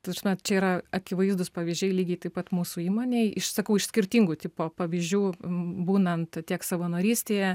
ta prasme čia yra akivaizdūs pavyzdžiai lygiai taip pat mūsų įmonei iš sakau iš skirtingų tipo pavyzdžių būnant tiek savanorystėje